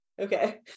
Okay